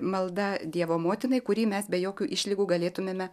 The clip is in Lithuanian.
malda dievo motinai kurį mes be jokių išlygų galėtumėme